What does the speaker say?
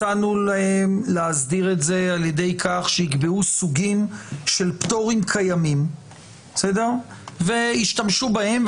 הצענו להם להסדיר על ידי כך שיקבעו סוגים של פטורים קיימים וישתמשו בהם,